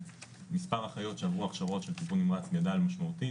מספר האחיות שעברו הכשרות של טיפול נמרץ גדל משמעותית